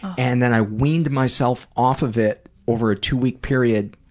and then i weaned myself off of it over a two-week period,